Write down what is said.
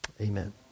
amen